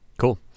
Cool